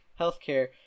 healthcare